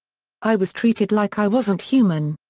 i was treated like i wasn't human.